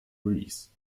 release